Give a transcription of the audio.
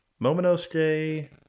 Momonosuke